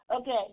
Okay